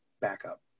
backup